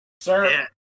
Sir